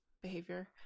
behavior